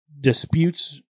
disputes